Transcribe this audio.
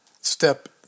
step